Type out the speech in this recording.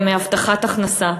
מהבטחת הכנסה.